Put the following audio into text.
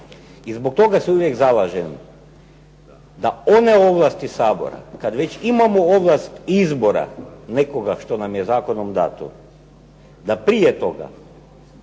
I zbog toga se uvijek zalažem, da one ovlasti Sabora, kada već imamo ovlast izbora nekoga što nam je zakonom dato, da prije toga